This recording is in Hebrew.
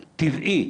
כטבעי,